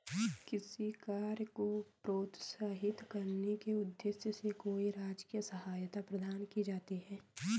किसी कार्य को प्रोत्साहित करने के उद्देश्य से कोई राजकीय सहायता प्रदान की जाती है